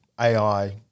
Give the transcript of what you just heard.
AI